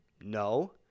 No